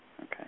Okay